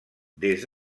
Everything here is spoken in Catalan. des